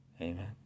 Amen